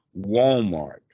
Walmart